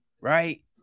right